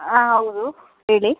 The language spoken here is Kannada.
ಹಾಂ ಹೌದು ಹೇಳಿ